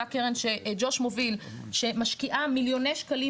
אותה קרן שג'וש מוביל שמשקיעה מיליוני שקלים